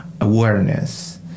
awareness